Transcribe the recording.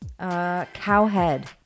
cowhead